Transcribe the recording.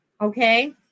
okay